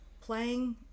playing